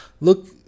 Look